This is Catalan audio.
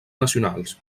nacionals